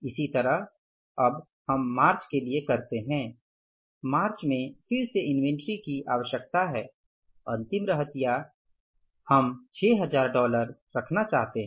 इसी तरह अब हम मार्च के लिए करते हैं मार्च में फिर से इन्वेंट्री की आवश्यकता हैं अंतिम रहतिया हम 6000 डॉलर रखना चाहते है